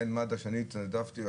שאני התנדבתי,